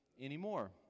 anymore